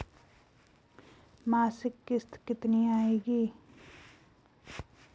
मासिक किश्त कितनी आएगी?